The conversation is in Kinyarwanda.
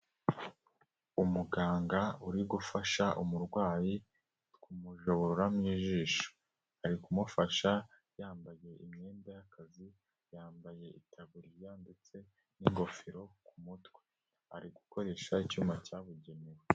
Umuganga uri gufasha umurwayi, kumujobororamo ijisho, ari kumufasha yambaye imyenda y'akazi, yambaye itaburiya ndetse n'ingofero mu mutwe, ari gukoresha icyuma cyabugenewe.